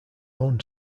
own